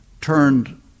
turned